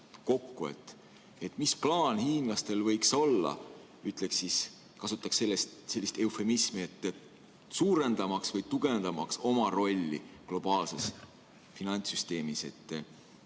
Mis plaan hiinlastel võiks olla, kasutaks sellist eufemismi, suurendamaks või tugevdamaks oma rolli globaalses finantssüsteemis?